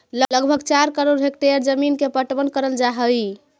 लगभग चार करोड़ हेक्टेयर जमींन के पटवन करल जा हई